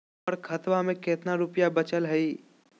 हमर खतवा मे कितना रूपयवा बचल हई?